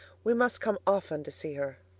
we must come often to see her.